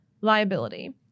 liability